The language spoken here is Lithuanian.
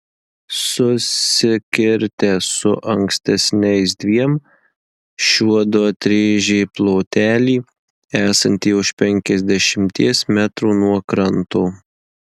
susikirtę su ankstesniais dviem šiuodu atrėžė plotelį esantį už penkiasdešimties metrų nuo kranto